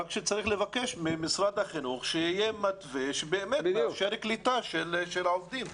רק שצריך לבקש ממשרד החינוך שיהיה מתווה שבאמת מאפשר קליטה של העובדים.